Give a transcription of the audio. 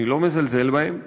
אני לא מזלזל בהם.